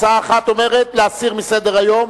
הצעה אחת אומרת להסיר מסדר-היום,